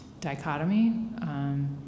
dichotomy